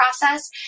process